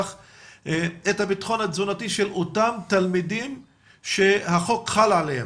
את הביטחון התזונתי של אותם תלמידים שהחוק חל עליהם.